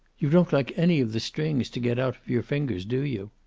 you don't like any of the strings to get out of your fingers, do you?